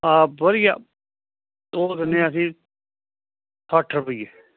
ਆਪ ਵਧੀਆ ਉਹ ਦਿਨੇ ਆ ਅਸੀਂ ਸੱਠ ਰੁਪਈਏ